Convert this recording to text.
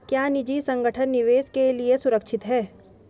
क्या निजी संगठन निवेश के लिए सुरक्षित हैं?